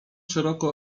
szeroko